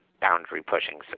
boundary-pushing